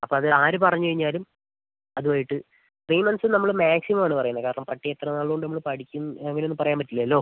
അപ്പോൾ അത് ആര് പറഞ്ഞുകഴിഞ്ഞാലും അതുമായിട്ട് ത്രീ മന്ത്സ് നമ്മൾ മാക്സിമം ആണ് പറയുന്നത് കാരണം പട്ടി എത്ര നാളുകൊണ്ട് നമ്മൾ പഠിക്കും അങ്ങനെ ഒന്നും പറയാൻ പറ്റില്ലല്ലോ